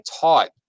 taught